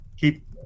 keep